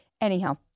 Anyhow